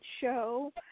show